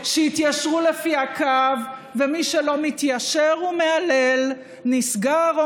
ויחד עם זאת הוא מייצג את מדינת ישראל בכבוד מאוד מאוד גדול,